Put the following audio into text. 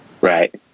Right